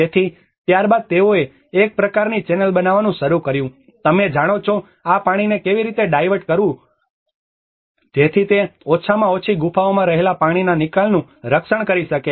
તેથી ત્યારબાદ તેઓએ એક પ્રકારની ચેનલ બનાવવાનું શરૂ કર્યું તમે જાણો છો કે આ પાણીને કેવી રીતે ડાયવર્ટ કરવું છે કે જેથી તે ઓછામાં ઓછી ગુફાઓમાં રહેલા પાણીના નિકાલનું રક્ષણ કરી શકે